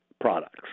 products